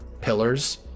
pillars